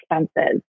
expenses